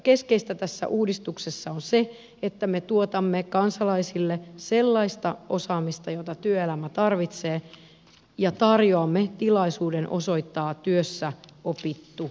keskeistä tässä uudistuksessa on se että me tuotamme kansalaisille sellaista osaamista jota työelämä tarvitsee ja tarjoamme tilaisuuden osoittaa työssä opittu tutkintotilaisuudessa